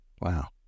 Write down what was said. wow